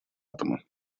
атома